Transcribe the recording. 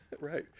Right